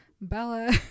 Bella